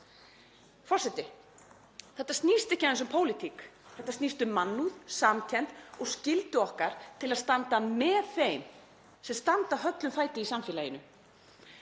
Forseti. Þetta snýst ekki aðeins um pólitík. Þetta snýst um mannúð, samkennd og skyldu okkar til að standa með þeim sem standa höllum fæti í samfélaginu.